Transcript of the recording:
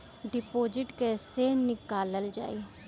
Deposit कैसे निकालल जाइ?